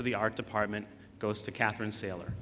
to the art department goes to catherine sailor